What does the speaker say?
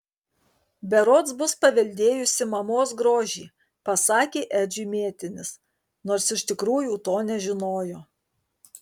berods bus paveldėjusi mamos grožį pasakė edžiui mėtinis nors iš tikrųjų to nežinojo